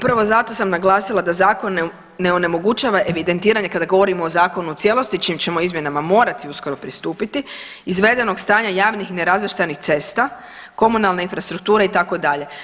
Upravo zato sam naglasila da zakon ne onemogućava evidentiranje kada govorimo o zakonu u cijelosti čijim ćemo izmjenama morati uskoro pristupiti izvedenog stanja javnih i nerazvrstanih cesta, komunalne infrastrukture itd.